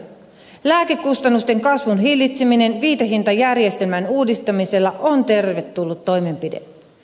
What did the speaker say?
lääkekustannusten kasvun hillitseminen viitehintajärjestelmän uudistamisella on tervetullut toimenpide